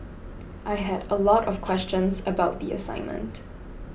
I had a lot of questions about the assignment